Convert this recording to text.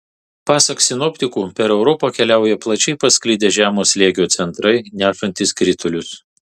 pasak sinoptikų per europą keliauja plačiai pasklidę žemo slėgio centrai nešantys kritulius